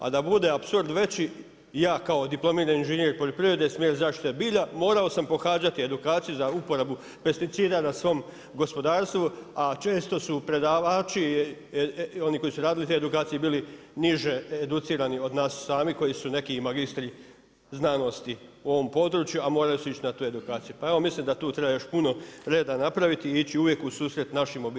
A da bude apsurd veći, ja kao diplomirani inženjer poljoprivrede smjer zaštite bilje, morao sam pohađati edukaciju za uporabu pesticida na svom gospodarstvu a često su predavači, oni koji su radili te edukacije bili educirani od nas sami koji su neki i magistri znanosti u ovom području, a morali su ići na tu edukaciju, pa evo mislim da tu treba još puno reda napraviti i ići uvijek u susret našim OPG-ima.